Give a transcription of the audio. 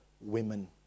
women